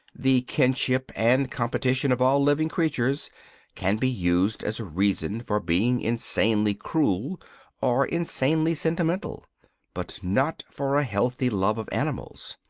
the kinship and competition of all living creatures can be used as a reason for being insanely cruel or insanely sentimental but not for a healthy love of animals.